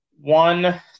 one